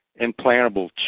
implantable